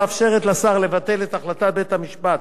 המאפשרת לשר לבטל את החלטת בית-המשפט,